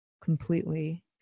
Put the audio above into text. Completely